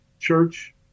church